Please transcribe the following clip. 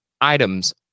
items